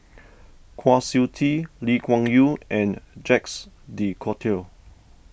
Kwa Siew Tee Lee Kuan Yew and Jacques De Coutre